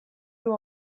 who